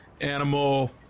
animal